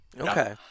okay